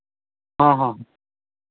ᱦᱚᱸ ᱦᱚᱸ